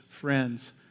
friends